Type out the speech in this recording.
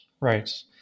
right